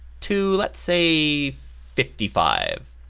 to lets say fifty five.